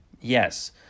Yes